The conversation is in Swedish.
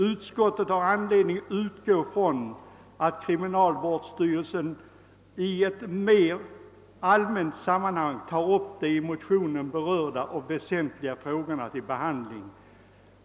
Utskottet har anledning utgå från att kriminalvårdsstyrelsen i ett mer allmänt sammanhang tar upp de i motionerna berörda och väsentliga frågorna till behandling.